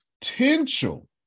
potential